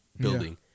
building